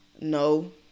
No